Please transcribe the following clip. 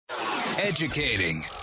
Educating